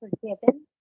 forgiven